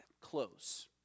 close